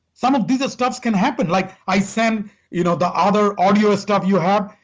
some of this stuff can happen. like i send you know the other audio stuff you have,